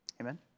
Amen